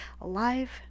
alive